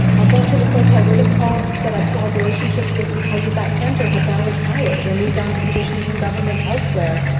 a bunch of the folks i would have called that i still had relationships with because of that center have now retired or moved on to positions in government elsewhere.